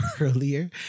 earlier